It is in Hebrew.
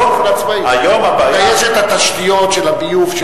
יש התשתיות של הביוב וכו'?